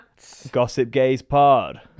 gossipgazepod